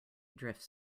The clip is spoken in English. drifts